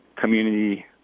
community